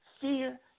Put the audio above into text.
Fear